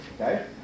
Okay